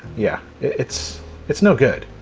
yeah it's it's no good,